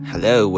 Hello